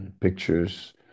Pictures